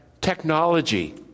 technology